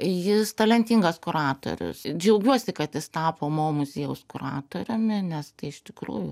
jis talentingas kuratorius džiaugiuosi kad jis tapo mo muziejaus kuratoriumi nes tai iš tikrųjų